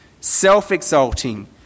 self-exalting